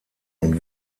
und